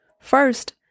First